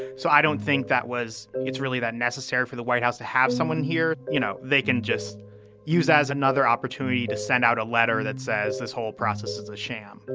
so i don't think that was really that necessary for the white house to have someone here. you know, they can just use as another opportunity to send out a letter that says this whole process is a sham